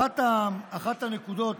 אחת הנקודות,